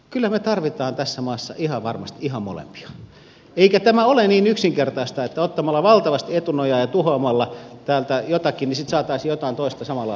kyllä me tarvitsemme tässä maassa ihan varmasti ihan molempia eikä tämä ole niin yksinkertaista että ottamalla valtavasti etunojaa ja tuhoamalla täältä jotakin saataisiin jotain toista samalla lailla tilalle